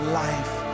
life